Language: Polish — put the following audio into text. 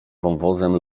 wąwozem